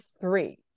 three